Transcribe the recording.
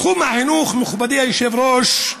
בתחום החינוך, מכובדי היושב-ראש,